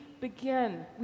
begin